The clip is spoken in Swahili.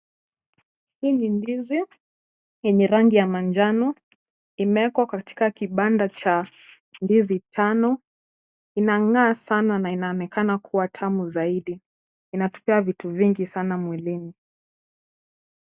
Hii ni ndizi yenye rangi ya manjano . Imewekwa katika kibanda cha ndizi tano. Inang'aa sana na inaonekana kuwa tamu zaidi. Inatupea vitu vingi sana mwilini.